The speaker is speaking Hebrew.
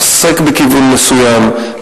עוסק בכיוון מסוים,